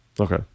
okay